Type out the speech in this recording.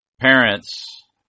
parents